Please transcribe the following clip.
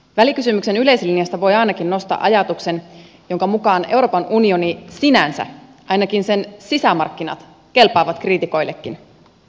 välikysymyksen yleislinjasta voi ainakin nostaa ajatuksen jonka mukaan euroopan unioni sinänsä ainakin sen sisämarkkinat kelpaa kriitikoillekin